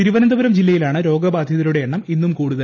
തിരുവനന്തപുരം ജില്ലയിലാണ് രോഗബാധിതരുടെ എണ്ണം ഇന്നും കൂടുതൽ